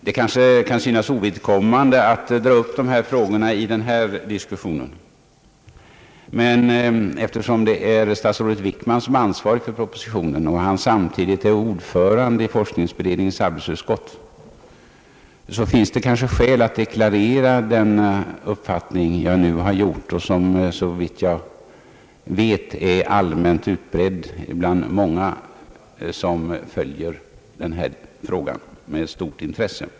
Det kanske kan synas ovidkommande att dra upp dessa frågor i denna diskussion, men eftersom statsrådet Wickman är ansvarig för propositionen och samtidigt ordförande i forskningsberedningens arbetsutskott, finns det kanske skäl att deklarera min uppfattning som såvitt jag vet är allmänt utbredd bland många av dem, som följer denna fråga med stort intresse.